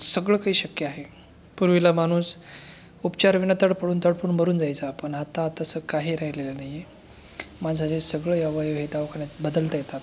सगळं काही शक्य आहे पूर्वीला माणूस उपचाराविना तडफडून तडफडून मरून जायचा पण आता तसं काही राहिलेलं नाही आहे माणसाचे सगळे अवयव हे दवाखान्यात बदलता येतात